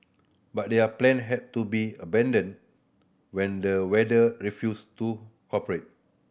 but their plan had to be abandoned when the weather refused to cooperate